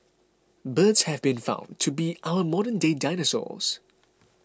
birds have been found to be our modern day dinosaurs